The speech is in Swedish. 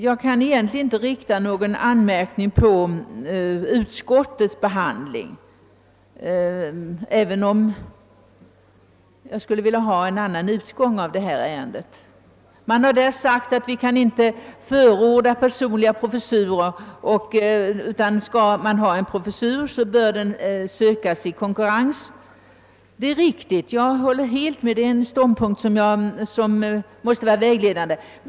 Jag kan egentligen inte rikta någon anmärkning mot utskottets behandling, även om jag skulle önska att detta ärende fick en annan utgång än den utskottet föreslår. I yttrandena har sagts att man inte kan förorda personliga professurer; skall man ha en professur bör den tillsättas i fri konkurrens. Jag håller helt med om att det är en ståndpunkt som bör vara vägledande.